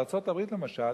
בארצות-הברית למשל